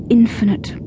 infinite